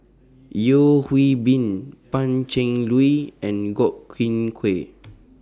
Yeo Hwee Bin Pan Cheng Lui and Godwin Koay